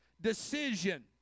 decision